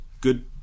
good